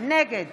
נגד